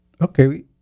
Okay